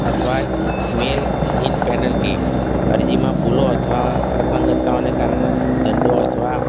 અથવા mail in penalty અરજીમાં ભૂલો અથવા અસંગતતાને કારણે દંડો અથવા